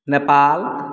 Nepal